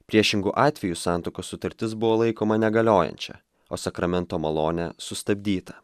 priešingu atveju santuokos sutartis buvo laikoma negaliojančia o sakramento malonė sustabdyta